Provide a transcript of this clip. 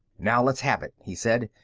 now let's have it, he said,